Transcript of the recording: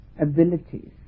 abilities